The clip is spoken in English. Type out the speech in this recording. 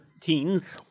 teens